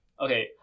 okay